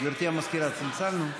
גברתי המזכירה, צלצלנו?